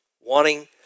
Wanting